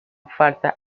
falsa